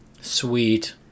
Sweet